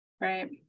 Right